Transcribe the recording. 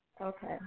Okay